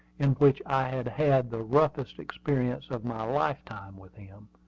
in which i had had the roughest experience of my lifetime with him.